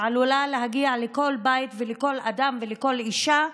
שעלולה להגיע לכל בית ולכל אדם ולכל אישה,